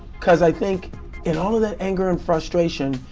because i think in all of that anger and frustration,